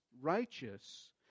righteous